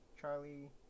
Charlie